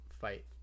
fight